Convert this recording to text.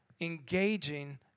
engaging